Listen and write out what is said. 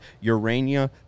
Urania